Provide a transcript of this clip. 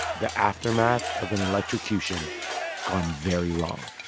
the aftermath of an electrocution gone very wrong